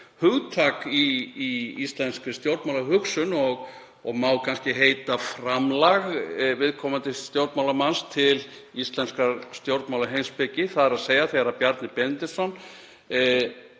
hugtak í íslenskri stjórnmálahugsun og má kannski heita framlag viðkomandi stjórnmálamanns til íslenskrar stjórnmálaheimspeki, þ.e. þegar Bjarni Benediktsson,